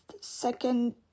second